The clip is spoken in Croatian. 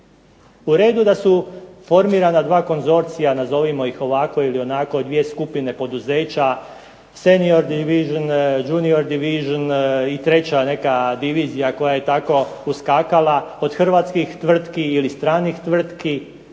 U redu da su formirana 2 konzorcija, nazovimo ih ovako ili onako, 2 skupine poduzeća senior devision, junior devision i treća neka divizija koja je tako uskakala od hrvatskih tvrtki ili stranih tvrtki.